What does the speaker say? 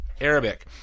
Arabic